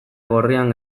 gorrian